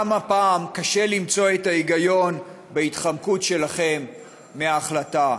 גם הפעם קשה למצוא את ההיגיון בהתחמקות שלכם מהחלטה.